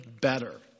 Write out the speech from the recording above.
better